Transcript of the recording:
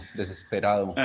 desesperado